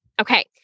Okay